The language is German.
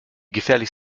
gefährlich